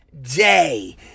day